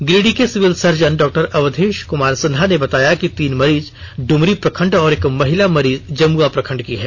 गिरिडीह के civil surgeon doctor Avdhesh Kumar Sinha ने बताया कि तीन मरीज ड्मरी प्रखंड और एक महिला मरीज जमुआ प्रखंड की है